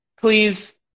please